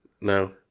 No